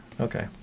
Okay